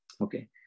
Okay